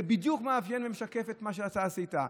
זה בדיוק מאפיין ומשקף את מה שאתה עשית.